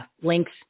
links